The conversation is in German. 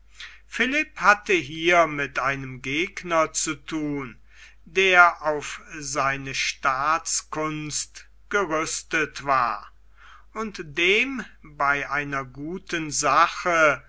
philipp hatte hier mit einem gegner zu thun der auf seine staatskunst gerüstet war und dem bei einer guten sache